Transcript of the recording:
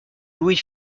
louis